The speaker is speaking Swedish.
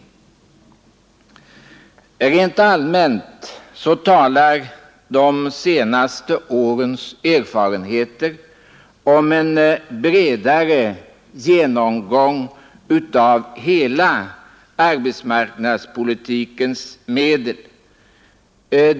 Rent allmänt talar de senaste årens erfarenheter för en bredare genomgång av hela arbetsmarknadspolitikens medel.